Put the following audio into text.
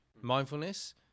mindfulness